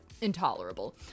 intolerable